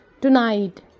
Tonight